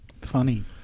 Funny